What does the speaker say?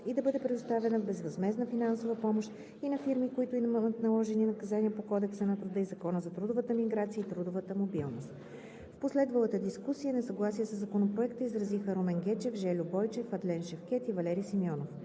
и да бъде предоставена безвъзмездна финансова помощ и на фирми, които имат наложени наказания по Кодекса на труда и Закона за трудовата миграция и трудовата мобилност. В последвалата дискусия несъгласие със Законопроекта изразиха Румен Гечев, Жельо Бойчев, Адлен Шевкед и Валери Симеонов.